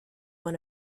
one